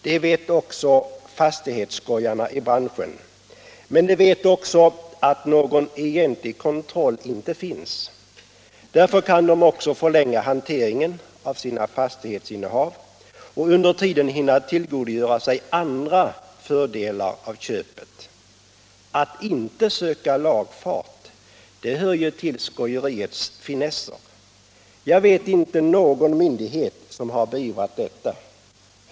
Det vet också fastighetsskojarna i branschen — men de vet också att någon egentlig kontroll inte finns. Därför kan de förlänga hanteringen av sina fastighetsinnehav och under tiden hinna tillgodogöra sig andra fördelar av köpet. Att inte söka lagfart — det hör ju till skojeriets finesser. Jag vet inte någon myndighet som har beivrat detta.